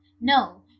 No